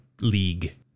league